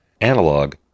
analog